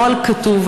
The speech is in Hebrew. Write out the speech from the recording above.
הנוהל כתוב.